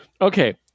Okay